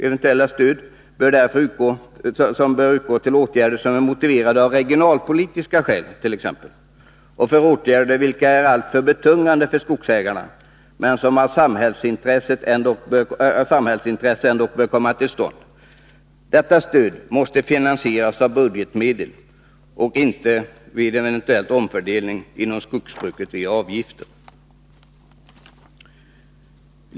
Eventuellt stöd bör därför utgå till åtgärder som är motiverade av t.ex. regionalpolitiska skäl och för åtgärder vilka är alltför betungande för skogsägarna men som med hänsyn till samhällsintresset ändock bör komma till stånd. Detta stöd måste finansieras av budgetmedel och inte vid en eventuell omfördelning inom skogsbruket via avgifter.